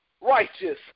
Righteous